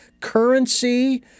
currency